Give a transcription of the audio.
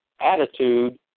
attitude